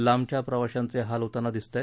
लांबच्या प्रवाशांचे हाल होताना दिसत आहेत